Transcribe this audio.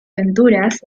aventuras